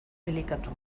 elikatu